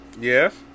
Yes